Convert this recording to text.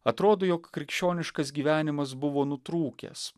atrodo jog krikščioniškas gyvenimas buvo nutrūkęs